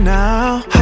now